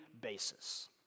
basis